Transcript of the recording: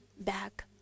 back